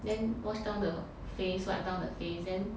then wash down the face wipe down the face then